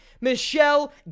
Michelle